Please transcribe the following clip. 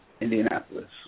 Indianapolis